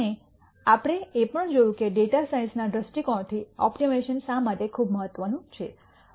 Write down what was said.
અને આપણે એ પણ જોયું કે ડેટા સાયન્સના દૃષ્ટિકોણથી ઓપ્ટિમાઇઝેશન શા માટે ખૂબ મહત્વનું છે